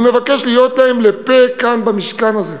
אני מבקש להיות להם לפה כאן, במשכן הזה,